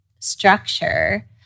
structure